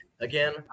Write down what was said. again